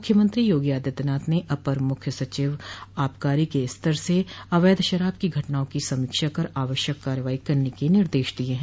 मुख्यमंत्री योगी आदित्यनाथ ने अपर मुख्य सचिव आबकारी के स्तर से अवैध शराब की घटनाओं की समीक्षा कर आवश्यक कार्यवाही करने के निर्देश दिये हैं